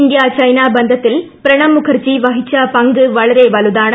India China ബന്ധത്തിൽ പ്രണബ് മുഖർജി വഹിച്ച പങ്ക് വളരെ വലുതാണ്